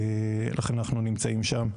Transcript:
לכן אנחנו נמצאים שם.